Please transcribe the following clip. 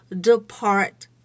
depart